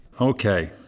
Okay